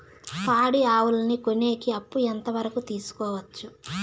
పాడి ఆవులని కొనేకి అప్పు ఎంత వరకు తీసుకోవచ్చు?